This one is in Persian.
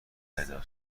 دبستان